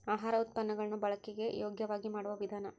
ಆಹಾರ ಉತ್ಪನ್ನ ಗಳನ್ನು ಬಳಕೆಗೆ ಯೋಗ್ಯವಾಗಿ ಮಾಡುವ ವಿಧಾನ